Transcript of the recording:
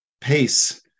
pace